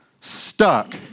stuck